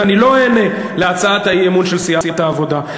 ואני לא אענה להצעת האי-אמון של סיעת העבודה.